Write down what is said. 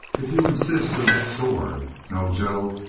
if you insist, he'll get sore. no, joe.